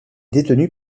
détenue